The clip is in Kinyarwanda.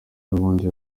ejobundi